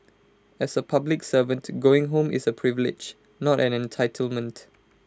as A public servant going home is A privilege not an entitlement